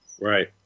Right